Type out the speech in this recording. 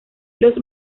los